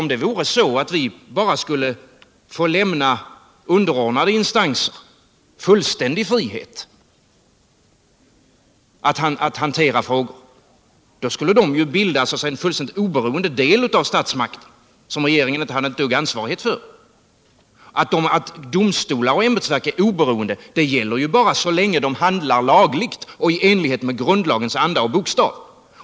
Om det vore så att vi skulle få lämna underordnade instanser fullständig frihet att hantera frågor, skulle de bilda en fullständigt oberoende del av statsmakten, som regeringen inte hade ett dugg ansvarighet för. Domstolar och ämbetsverk är ju bara oberoende så länge de handlar lagligt och i enlighet med grundlagens anda och bokstav.